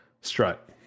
strut